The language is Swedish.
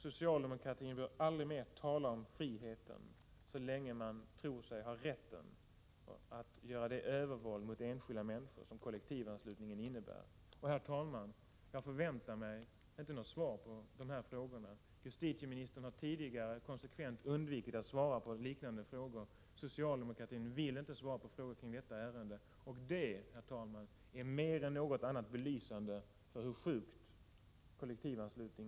Socialdemokratin bör aldrig mera tala om friheten så länge man tror sig ha rätten att göra det övervåld på enskilda människor som kollektivanslutningen innebär. Herr talman! Jag förväntar mig inte något svar på dessa frågor. Justitieministern har tidigare konsekvent undvikit att svara på liknande frågor. Socialdemokratin vill inte svara på frågor kring detta ärende, och det ärmer = Nr 9 belysande än någonting annat för hur sjukt det här med kollektivanslutning